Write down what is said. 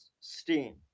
Steam